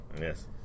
Yes